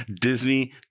Disney